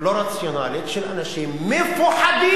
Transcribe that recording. לא רציונלית של אנשים מפוחדים,